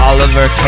Oliver